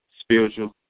spiritual